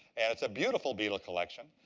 and it's a beautiful beetle collection.